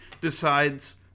decides